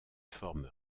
forme